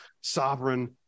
sovereign